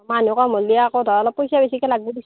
মানুহ কম হ'লে আকৌ ধৰ অলপ পইচা বেছিকৈ লাগিব দেচোন